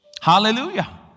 Hallelujah